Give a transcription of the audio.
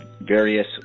various